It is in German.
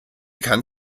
kann